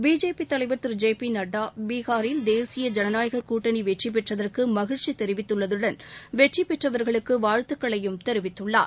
BJP தலைவா் திரு J P Nadda பீகாரில் தேசிய ஜனநாயகக் கூட்டணி வெற்றிபெற்றதற்கு மகிழ்ச்சி தெரிவித்துள்ளதுடன் வெற்றிபெற்றவர்களுக்கு வாழ்த்துக்களையும் தெரிவித்துள்ளார்